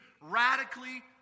radically